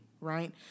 right